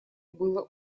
было